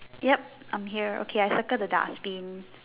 ya I'm here okay I circle the dustbin